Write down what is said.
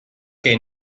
que